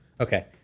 Okay